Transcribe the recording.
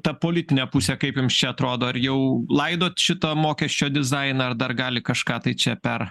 ta politinė pusė kaip jums čia atrodo ar jau laidot šitą mokesčio dizainą ar dar gali kažką tai čia per